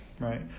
Right